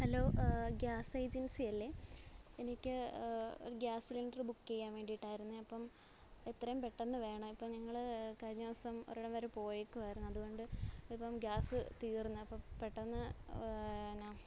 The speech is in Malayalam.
ഹലോ ഗ്യാസ് ഏജൻസി അല്ലേ എനിക്ക് ഒരു ഗ്യാസ് സിലിണ്ടർ ബുക്ക് ചെയ്യാൻ വേണ്ടിയിട്ടായിരുന്നെ അപ്പം എത്രെയും പെട്ടെന്ന് വേണം ഇപ്പം ഞങ്ങൾ ഒരിടം വരെ പോയേക്കുവായിരുന്നു അതുകൊണ്ട് ഇപ്പം ഗ്യാസ് തീർന്ന് അപ്പം പെട്ടെന്ന്